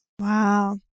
Wow